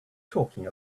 talking